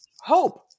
hope